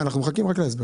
אנחנו מחכים רק להסבר.